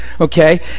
Okay